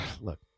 look